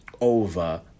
over